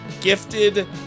gifted